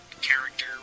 Character